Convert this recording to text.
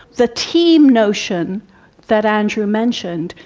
the team notion that andrew mentioned,